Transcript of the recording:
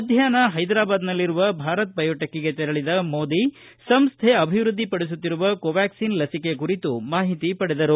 ಮಧ್ಯಾಷ್ನ ಹೈದರಾಬಾದ್ನಲ್ಲಿರುವ ಭಾರತ್ ಬಯೋಟೆಕ್ಗೆ ತೆರಳಿದ ಮೋದಿ ಸಂಸ್ಥೆ ಅಭಿವೃದ್ಧಿಪಡಿಸುತ್ತಿರುವ ಕೋವ್ಯಾಕ್ಲಿನ್ ಲಸಿಕೆ ಕುರಿತು ಮಾಹಿತಿ ಪಡೆದರು